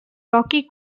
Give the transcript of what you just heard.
rocky